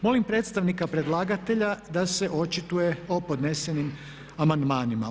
Molim predstavnika predlagatelja da se očituje o podnesenim amandmanima.